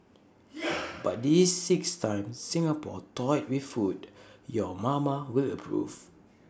but these six times Singapore toyed with food your mama will approve